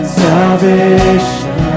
salvation